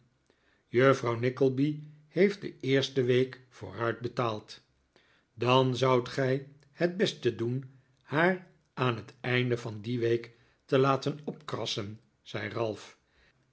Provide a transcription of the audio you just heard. juffrouw nickleby heeft de eerste week vooruitbetaald dan zoudt gij het beste doen haar aan het einde van die week te laten opkrassen zei ralph